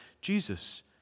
Jesus